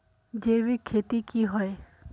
जैविक खेती की होय?